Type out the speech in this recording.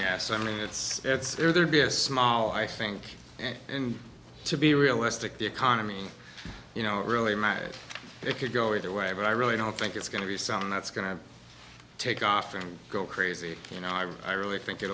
yes i mean it's it's there be a small i think and to be realistic the economy you know really mad it could go either way but i really don't think it's going to be something that's going to take off and go crazy you know i really think it